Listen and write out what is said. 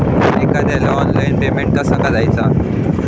एखाद्याला online payment कसा करायचा?